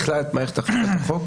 בכלל את מערכת אכיפת החוק